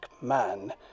man